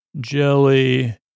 Jelly